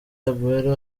aguero